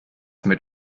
mit